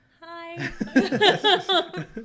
Hi